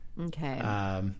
Okay